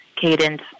cadence